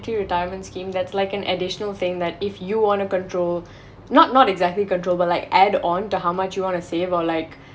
retirement scheme that's like an additional thing that if you want to control not not exactly control but like add on to how much you want to save or like